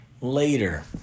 later